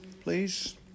please